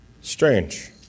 Strange